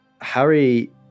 Harry